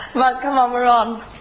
monk come on we're on,